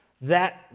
That